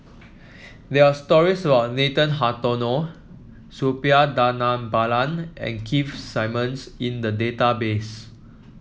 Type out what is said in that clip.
there are stories about Nathan Hartono Suppiah Dhanabalan and Keith Simmons in the database